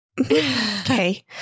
okay